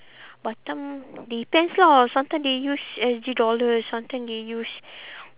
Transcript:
batam depends lah sometimes they use S_G dollars sometimes they use